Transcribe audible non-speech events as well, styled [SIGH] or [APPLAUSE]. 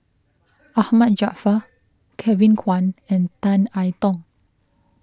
[NOISE] Ahmad Jaafar Kevin Kwan and Tan I Tong